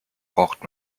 braucht